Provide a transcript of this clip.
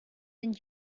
than